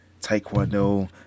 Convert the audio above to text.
taekwondo